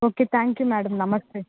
okay thank you madam నమస్తే